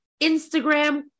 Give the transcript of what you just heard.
Instagram